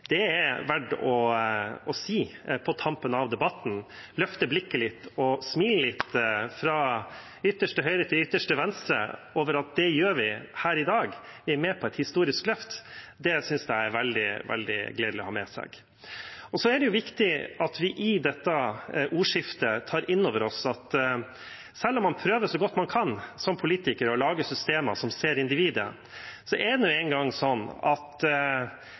Det er det verdt å si på tampen av debatten, å løfte blikket litt og smile litt, fra ytterste høyre til ytterste venstre, over at det gjør vi her i dag. Vi er med på et historisk løft, og det synes jeg er veldig gledelig å ha med seg. Det er viktig at vi i dette ordskiftet tar inn over oss at selv om man som politiker prøver så godt man kan å lage systemer som ser individet, er det nå